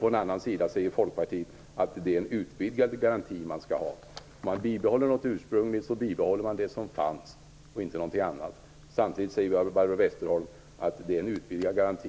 Å andra sidan säger Folkpartiet att det man skall ha är en utvidgad garanti. Om man bibehåller något ursprungligt bibehåller man det som fanns och inte någonting annat. Samtidigt säger Barbro Westerholm att man slåss för en utvidgad garanti.